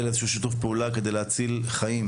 לאיזה שהוא שיתוף פעולה על מנת להציל חיים.